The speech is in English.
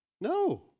No